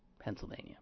Pennsylvania